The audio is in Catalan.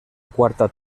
quarta